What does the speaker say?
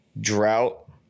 drought